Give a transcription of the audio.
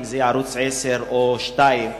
אם זה ערוץ-10 או ערוץ-2,